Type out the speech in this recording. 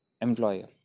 employer